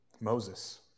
Moses